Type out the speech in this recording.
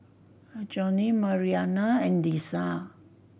Johny Mariana and Lesia